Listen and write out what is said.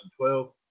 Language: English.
2012